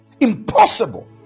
impossible